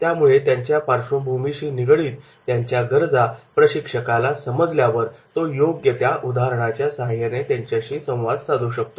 त्यामुळे त्यांच्या पार्श्वभूमीशी निगडीत त्यांच्या गरजा प्रशिक्षकाला समजल्यावर तो योग्य त्या उदाहरणाच्या सहाय्याने त्यांच्याशी संवाद साधू शकतो